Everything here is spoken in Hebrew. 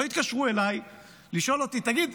לא התקשרו אלי לשאול אותי: תגיד,